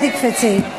חיכיתי מתי תקפצי.